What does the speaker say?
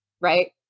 Right